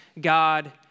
God